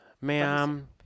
Ma'am